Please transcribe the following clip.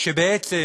שבעצם